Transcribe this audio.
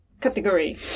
category